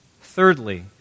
Thirdly